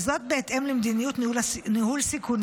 וזאת בהתאם למדיניות ניהול סיכונים,